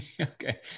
Okay